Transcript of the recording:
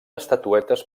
estatuetes